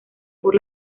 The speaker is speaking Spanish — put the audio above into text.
por